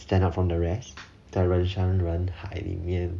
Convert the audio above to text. stand out from the rest 在人山人海里面